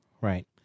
Right